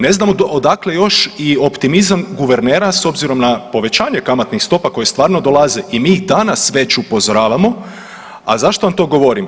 Ne znam odakle još i optimizam guvernera s obzirom na povećanje kamatnih stopa koje stvarno dolaze i mi ih danas već upozoravamo, a zašto vam to govorim?